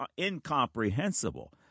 incomprehensible